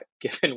given